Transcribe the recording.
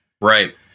Right